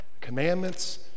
commandments